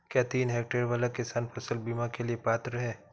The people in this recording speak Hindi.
क्या तीन हेक्टेयर वाला किसान फसल बीमा के लिए पात्र हैं?